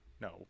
No